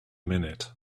minute